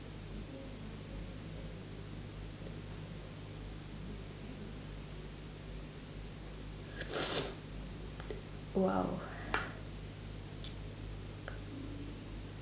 !wow!